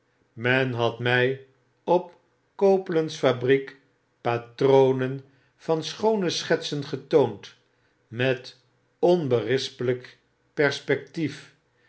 men had my op copeland's fabriek patronen van schoone schetsen getoond met onberispelijk perspectief